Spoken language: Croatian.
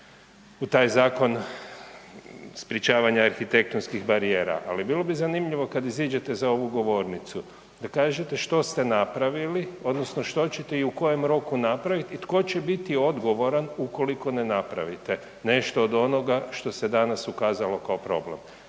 u taj zakon sprečavanja arhitektonskih barijera. Ali bilo bi zanimljivo kada iziđete za ovu govornicu da kažete što ste napravili odnosno što ćete i u kojem roku napraviti i tko će biti odgovoran ukoliko ne napravite nešto od onoga što se danas ukazalo kao problem.